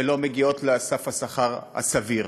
ולא מגיעות לסף השכר הסביר.